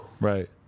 Right